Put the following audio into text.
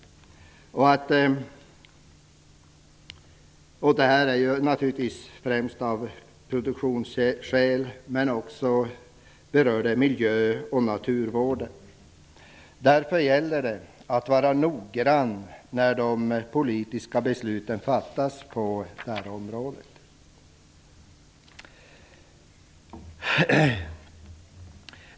Produktionsskälen kommer naturligtvis främst, men miljön och naturvården berörs också. Därför gäller det att vara noggrann när de politiska besluten fattas på detta område.